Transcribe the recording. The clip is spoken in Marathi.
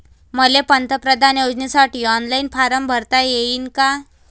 मले पंतप्रधान योजनेसाठी ऑनलाईन फारम भरता येईन का?